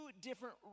different